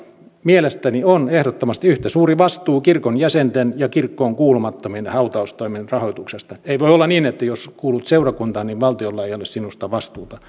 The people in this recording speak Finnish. mielestäni on ehdottomasti yhtä suuri vastuu kirkon jäsenten ja kirkkoon kuulumattomien hautaustoimen rahoituksesta ei voi olla niin että jos kuulut seurakuntaan niin valtiolla ei ole sinusta vastuuta